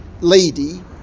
lady